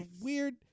weird